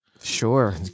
Sure